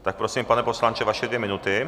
Tak prosím, pane poslanče, vaše dvě minuty.